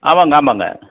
ஆமாங்க ஆமாங்க